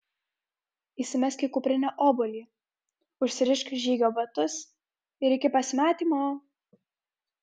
įsimesk į kuprinę obuolį užsirišk žygio batus ir iki pasimatymo